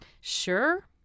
Sure